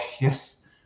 yes